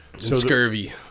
Scurvy